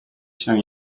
się